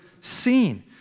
seen